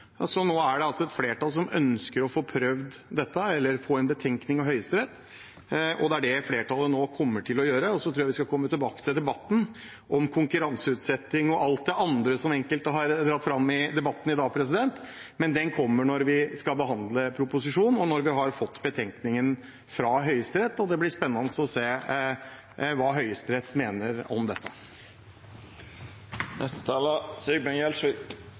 Nå er det altså et flertall som ønsker å få prøvd dette, få en betenkning fra Høyesterett, og det er det flertallet nå kommer til å gjøre. Så tror jeg vi skal komme tilbake til debatten om konkurranseutsetting og alt det andre som enkelte har dratt fram i debatten i dag. Den kommer når vi skal behandle proposisjonen, og når vi har fått betenkningen fra Høyesterett. Det blir spennende å se hva Høyesterett mener om dette. Representanten Sigbjørn Gjelsvik